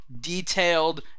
detailed